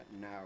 now